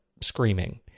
screaming